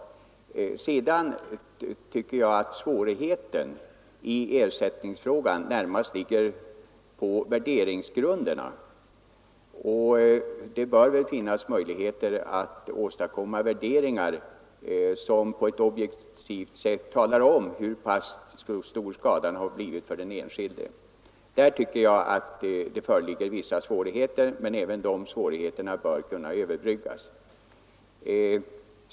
Svårigheterna att lösa ersättningsfrågan sammanhänger närmast med värderingsgrunderna, men det bör väl finnas möjligheter att åstadkomma värderingar som på ett objektivt sätt talar om hur pass stor skadan blivit för den enskilde. De svårigheterna bör alltså kunna överbryggas.